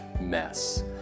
mess